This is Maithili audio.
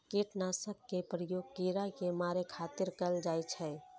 कीटनाशक के प्रयोग कीड़ा कें मारै खातिर कैल जाइ छै